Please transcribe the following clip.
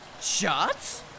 Shots